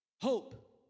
Hope